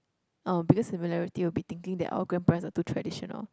oh because similarity will be thinking that our grandparents are too traditional